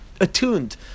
attuned